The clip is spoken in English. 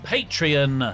Patreon